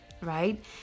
right